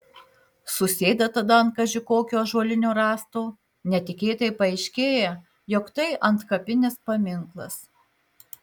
susėda tada ant kaži kokio ąžuolinio rąsto netikėtai paaiškėja jog tai antkapinis paminklas